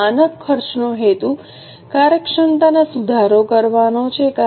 હવે માનક ખર્ચનો હેતુ કાર્યક્ષમતામાં સુધારો કરવાનો છે